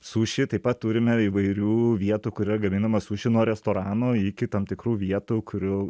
suši taip pat turime įvairių vietų gaminama suši nuo restorano iki tam tikrų vietų kurių